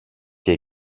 και